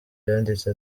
yanditse